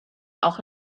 auch